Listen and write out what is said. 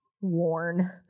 worn